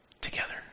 together